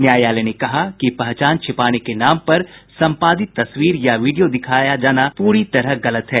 न्यायालय ने कहा कि पहचान छिपाने के नाम पर संपादित तस्वीर या वीडियो दिखाया जाना पूरी तरह गलत है